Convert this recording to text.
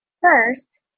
First